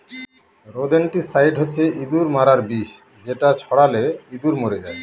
rodenticide হচ্ছে ইঁদুর মারার বিষ যেটা ছড়ালে ইঁদুর মরে যায়